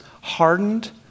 hardened